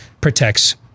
protects